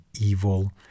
evil